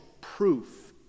proof